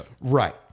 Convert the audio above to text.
Right